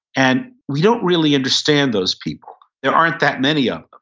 and we don't really understand those people. there aren't that many of them.